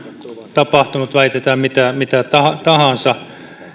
tapahtunut väitetään mitä tahansa